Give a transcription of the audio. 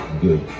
good